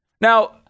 Now